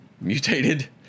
mutated